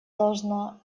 должна